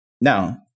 Now